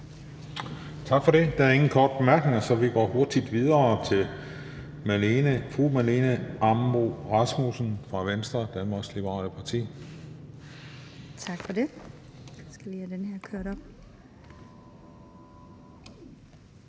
Tak for det. Der er ingen korte bemærkninger, så vi går hurtigt videre til fru Marlene Ambo-Rasmussen fra Venstre, Danmarks Liberale Parti. Kl.